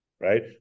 right